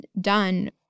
done